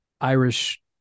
Irish